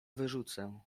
wyrzucę